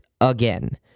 again